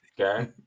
Okay